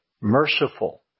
merciful